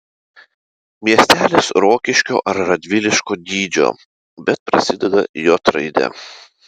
miestelis rokiškio ar radviliškio dydžio bet prasideda j raide